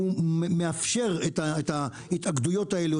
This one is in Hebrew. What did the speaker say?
הוא מאפשר את ההתאגדויות האלה,